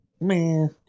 Man